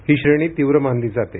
ही श्रेणी तीव्र मानली जाते